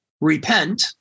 Repent